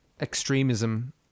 extremism